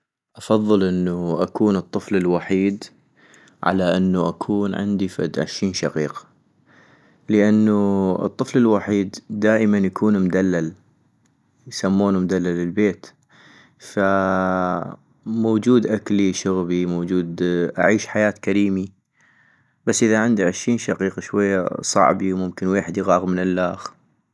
افضل انو اكون الطفل الوحيد على انو عندي فد عشين شقيق - لانو الطفل الوحيد دائماً يكون مدلل، يسمونو مدلل البيت، فموجود اكلي شغبي، موجود-أعيش حياة كريم - بس اذا عندي عشين شقيق شوية صعبي وممكن ويحد يغاغ من اللخ